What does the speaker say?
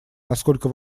насколько